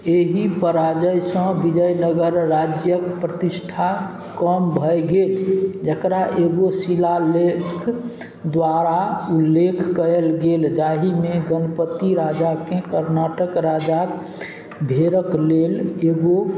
एहि पराजयसँ विजय नगर राज्यक प्रतिष्ठा कम भय गेल जेकरा एगो शिलालेख द्वारा उल्लेख कयल गेल जाहिमे गणपति राजाके कर्नाटक राजाक भेड़क लेल एगो